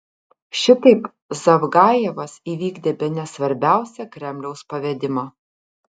šitaip zavgajevas įvykdė bene svarbiausią kremliaus pavedimą